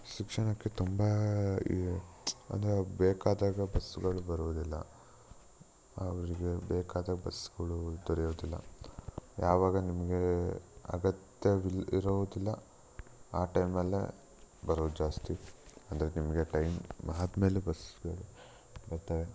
ಶಿಕ್ಷಣಕ್ಕೆ ತುಂಬ ಈ ಅಂದರೆ ಬೇಕಾದಾಗ ಬಸ್ಗಳು ಬರುವುದಿಲ್ಲ ಅವರಿಗೆ ಬೇಕಾದ ಬಸ್ಗಳು ದೊರೆಯೊದಿಲ್ಲ ಯಾವಾಗ ನಿಮಗೆ ಅಗತ್ಯ ಇಲ್ಲ ಇರೋದಿಲ್ಲ ಆ ಟೈಮಲ್ಲೇ ಬರೋದು ಜಾಸ್ತಿ ಅಂದರೆ ನಿಮಗೆ ಟೈಮ್ ಆದಮೇಲೆ ಬಸ್ಗಳು ಬರ್ತವೆ